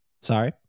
Sorry